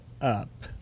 up